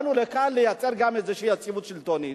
שבאנו לכאן לייצר גם איזו יציבות שלטונית.